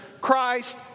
Christ